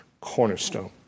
cornerstone